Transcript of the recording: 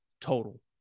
total